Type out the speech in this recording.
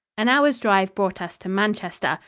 an hour's drive brought us to manchester.